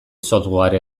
software